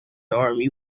army